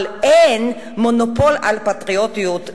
אבל אין מונופול על פטריוטיות,